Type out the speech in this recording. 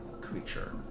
creature